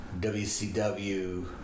WCW